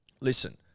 Listen